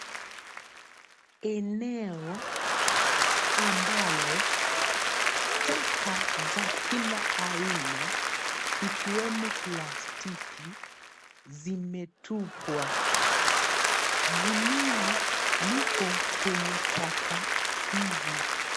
Eneo ambalo taka za kila aina ikiwemo plastiki zimetupwa. Gunia lipo kwenye taka hizi.